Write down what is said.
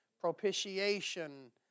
propitiation